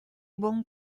buon